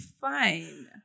fine